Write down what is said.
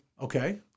Okay